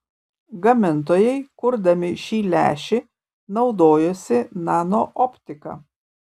gamintojai kurdami šį lęšį naudojosi nanooptika